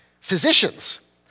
Physicians